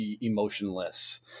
emotionless